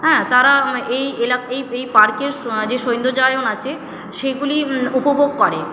হ্যাঁ তারা এই এই এই পার্কের যে সৌন্দর্যায়ন আছে সেইগুলি উপভোগ করে